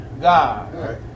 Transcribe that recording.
God